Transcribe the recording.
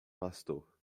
pastor